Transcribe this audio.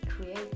Create